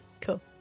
Cool